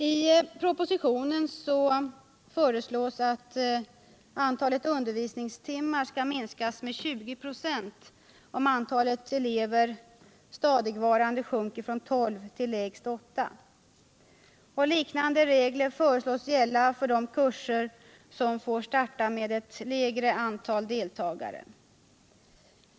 I propositionen föreslås att antalet undervisningstimmar skall minskas med 20 96, om antalet elever stadigvarande sjunker från tolv till lägst åtta. Liknande regler föreslås gälla för de kurser som får startas med lägre antal deltagare.